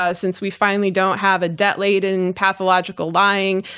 ah since we finally don't have a debt laden, pathological lying,